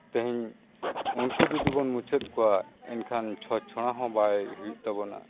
ᱛᱮᱦᱮᱧ ᱩᱱᱠᱩ ᱡᱩᱫᱤ ᱵᱚᱱ ᱢᱩᱪᱟᱹᱫ ᱠᱚᱣᱟ ᱮᱱᱠᱷᱟᱱ ᱪᱷᱚᱸᱪ ᱪᱷᱚᱲᱟ ᱦᱚᱸ ᱵᱟᱭ ᱦᱩᱭᱩᱜ ᱛᱟᱵᱚᱱᱟ